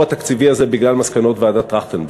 התקציבי הזה בגלל מסקנות ועדת טרכטנברג,